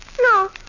No